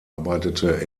arbeitete